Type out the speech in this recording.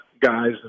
guys